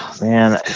Man